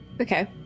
Okay